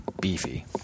beefy